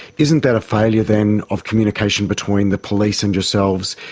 isn't that a failure then of communication between the police and yourselves,